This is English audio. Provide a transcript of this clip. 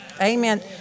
Amen